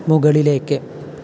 മുകളിലേക്ക്